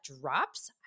drops